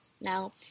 Now